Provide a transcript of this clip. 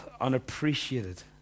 unappreciated